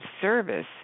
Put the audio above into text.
service